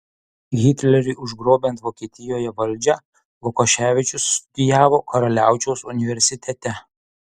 hitleriui užgrobiant vokietijoje valdžią lukoševičius studijavo karaliaučiaus universitete